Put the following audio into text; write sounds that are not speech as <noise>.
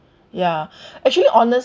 ya <breath> actually honest~